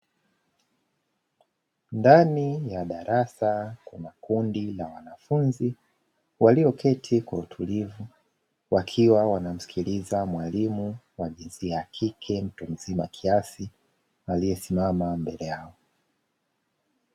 Ndani ya darasa kuna kundi la wanafunzi walioketi kwa utulivu wakiwa wanamsikiliza mwalimu wa jinsia ya kike, mtu mzima kiasi, aliyesimama mbele yao.